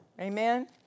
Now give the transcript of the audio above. Amen